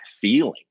feeling